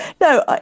No